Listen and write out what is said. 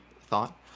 thought